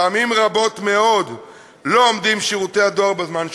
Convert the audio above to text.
פעמים רבות מאוד לא עומדים שירותי הדואר בזמן שהוקצב.